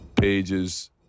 Page's